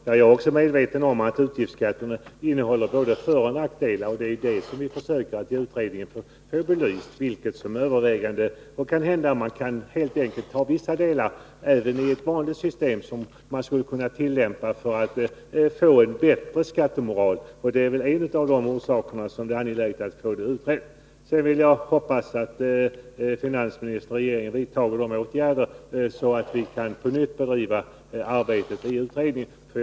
Herr talman! Också jag är medveten om att ett system med utgiftsskatter innehåller både föroch nackdelar. I utredningen försöker vi också belysa vilka som är övervägande. Kanhända kan man helt enkelt tillämpa vissa delar 85 även av ett vanligt system för att få en bättre skattemoral. Det är en av de frågor som är angelägna att få utredda. Jag hoppas att finansministern och regeringen vidtar de åtgärder som är nödvändiga för att vi på nytt skall kunna bedriva arbetet i utredningen.